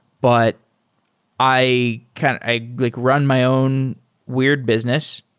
but i kind of i like run my own weird business,